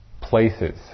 places